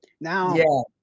now